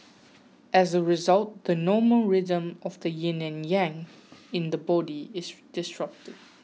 as a result the normal rhythm of the yin and yang in the body is disrupted